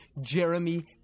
jeremy